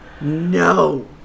No